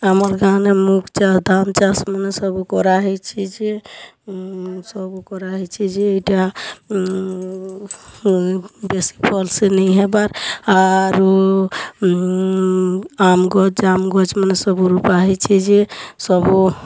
ଆମର୍ ଗାଁ ନେ ମୁଗ ଚାଷ୍ ଧାନ୍ ଚାଷ୍ ମାନେ ସବୁ କରା ହେଇଛି ଯେ ସବୁ କରା ହେଇଚି ଯେ ଏଇଟା ବେଶୀ ଭଲ୍ ସେ ନେଇ ହେବାର ଆରୁ ଆମ୍ବ ଗଛ ଯାମ୍ ଗଛ ମାନେ ସବୁ ରୁପା ହେଇଛି ଯେ ସବୁ